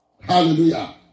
Hallelujah